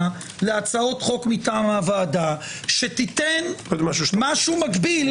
להצעות חוק מטעם הוועדה שתיתן משהו מקביל